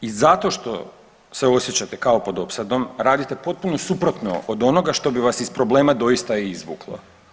I zato što se osjećate kao pod opsadom, radite potpuno suprotno od onoga što bi vas iz problema doista i izvuklo.